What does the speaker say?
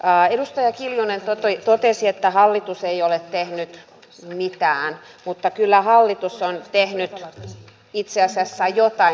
edustaja kiljunen totesi että hallitus ei ole tehnyt mitään mutta kyllä hallitus on tehnyt itse asiassa jotain